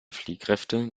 fliehkräfte